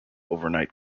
overnight